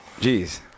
Jeez